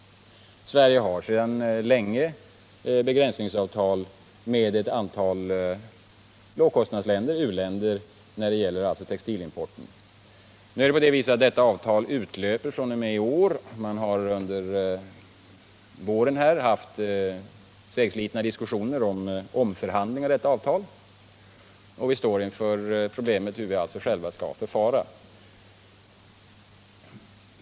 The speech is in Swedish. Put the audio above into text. Sverige har när det gäller textilimporten sedan länge ett begränsningsavtal med ett antal låginkomstländer. Avtalet utlöper emellertid fr.o.m. i år. Man har under våren fört segslitna diskussioner och omförhandlingar om dessa avtal, och vi står inför problemet hur vi själva skall förfara.